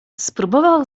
spróbował